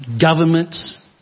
governments